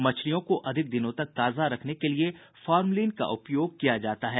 मछलियों को अधिक दिनों तक ताजा रखने के लिए फार्मलिन का उपयोग किया जाता है